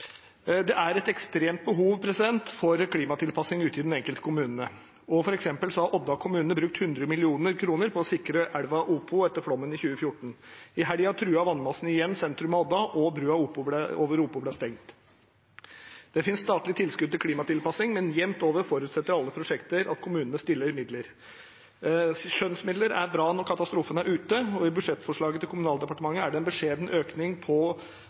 det er et ekstremt behov for klimatilpassing ute i de enkelte kommunene. For eksempel har Odda kommune brukt 100 mill. kr på å sikre elven Opo etter flommen i 2014. I helgen truet vannmassene igjen sentrum av Odda, og broen over Opo ble stengt. Det finnes statlige tilskudd til klimatilpassing, men jevnt over forutsetter alle prosjektene at kommunene stiller med midler. Skjønnsmidler er bra når katastrofen er ute, og i Kommunal- og moderniseringsdepartementets budsjettforslag er det en beskjeden økning til forebygging på